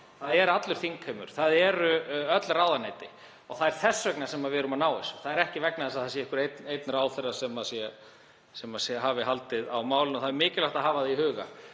máli, allur þingheimur, öll ráðuneyti. Það er þess vegna sem við erum að ná þessu. Það er ekki vegna þess að það sé einhver einn ráðherra sem hafi haldið á málinu. Það er mikilvægt að hafa það í huga.